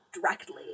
directly